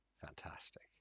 fantastic